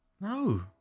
No